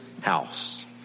house